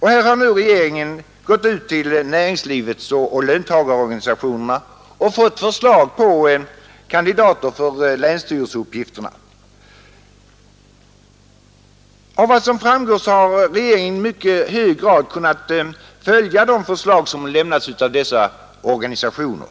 Här har nu regeringen vänt sig till näringslivets och löntagarnas organisationer för att få förslag till kandidater för länsstyrelseuppgiften. Av vad som framgått har regeringen i stor utsträckning kunnat följa de förslag som lämnats av dessa organisationer.